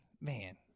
man